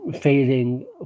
failing